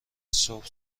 صبح